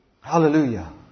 Hallelujah